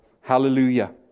Hallelujah